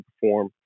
perform